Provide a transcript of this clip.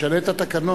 נשנה את התקנון.